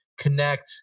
connect